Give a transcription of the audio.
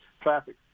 traffic